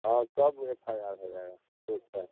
हाँ सब F I R हो जाएगा ठीक है